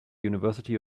university